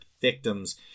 victims